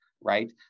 right